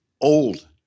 old